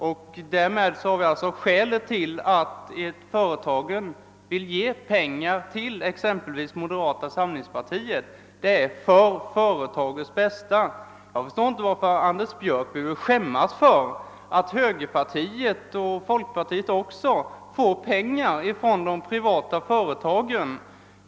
Och detta var skälet till att företagen ville lämna ekonomiska bidrag till exempelvis moderata samlingspartiet. Jag förstår inte varför herr Björck behöver skämmas över att moderata samlingspartiet och folkpartiet får peng ar från de privata företagen.